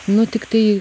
nu tiktai